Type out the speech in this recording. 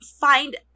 find